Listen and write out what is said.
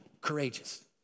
courageous